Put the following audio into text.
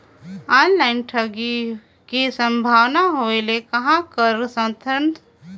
Online ठगी के संभावना होय ले कहां कर सकथन?